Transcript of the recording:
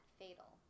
fatal